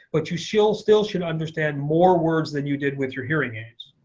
but you still still should understand more words than you did with your hearing aids.